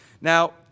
Now